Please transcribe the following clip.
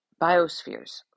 biospheres